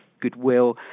goodwill